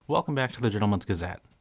welcome back to the gentleman's gazette.